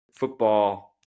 football